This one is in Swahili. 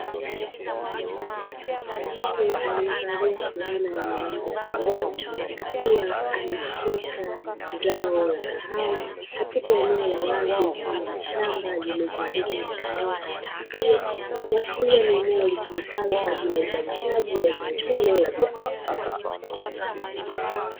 Mtu aliye alia fulana ya rangi ya bluu, akiwa ameshika zao la kahawa katika eneo la wazi mfano wa shamba lililozungukwa na mimea ya zao hilo, kuashiria ni eneo litumikalo kwa ajili ya uzalishaji wa zao hilo la biashara.